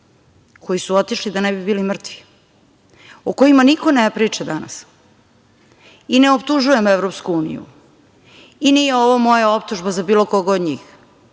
koji su otišli da ne bi bili mrtvi, o kojima niko ne priča danas. I ne optužujem EU i nije ovo moja optužba za bilo koga od njih,